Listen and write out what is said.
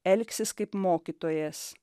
elgsis kaip mokytojas